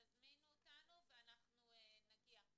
תזמינו אותנו ואנחנו נגיע.